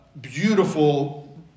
beautiful